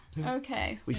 okay